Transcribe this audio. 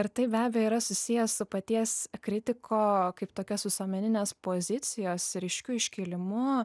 ir tai be abejo yra susiję su paties kritiko kaip tokios visuomeninės pozicijos ryškiu iškilimu